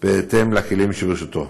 בהתאם לכלים שברשותו.